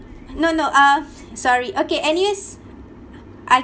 no no uh sorry okay anyways I